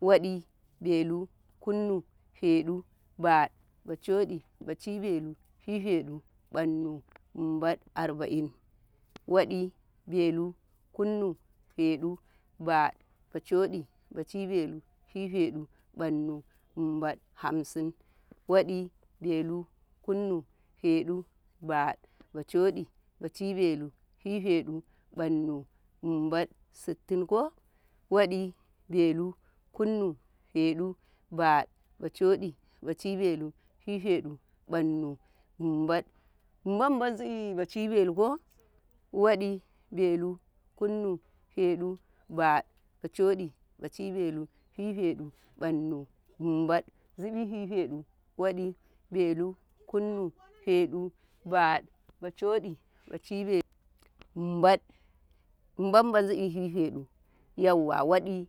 waɗi, belu, kunnu, feɗu, baɗu, bacoɗi, bacibelu, fifeɗu, nƃannu mbad, arba'in. waɗi, belu, kunnu, feɗu, baɗu, bacoɗi, bacibelu, fifeɗu, nƃannu Nnbad hamsin, waɗi, belu, kunnu, feɗu, baɗu, bacoɗi, bacibelu, fifeɗu, nƃannu mbads sittin, ko waɗi, belu, kunnu, feɗu, baɗu, bacoɗi, bacibelu, fifeɗu, nƃannu mbad nnbad bazubi baci belu koh? wadi belu kunnu fedu, nbad bacodi baci belu, fifeɗu, banu nbaɗ, zibififedu woɗi, belu, kunnu fifedu nbanu nbacodi bacibedu, Nnbad-Nnbad suy fifeɗu yauwa waɗi.